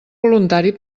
voluntari